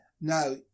now